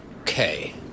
Okay